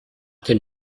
den